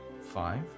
Five